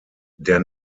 der